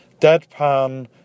Deadpan